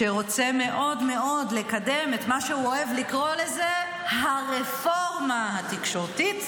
שרוצה מאוד מאוד לקדם את מה שהוא אוהב לקרוא לזה "הרפורמה התקשורתית",